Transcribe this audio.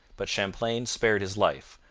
but champlain spared his life,